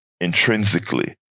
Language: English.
intrinsically